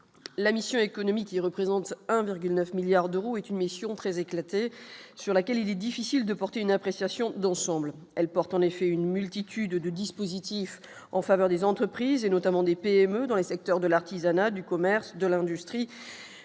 la mission économique qui représente 1,9 milliard d'euros, est une mission très éclatée sur laquelle il est difficile de porter une appréciation d'ensemble : elle porte en effet une multitude de dispositifs en faveur des entreprises et notamment des PME dans les secteurs de l'artisanat, du commerce, de l'industrie,